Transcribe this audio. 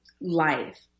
life